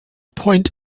point